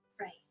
Right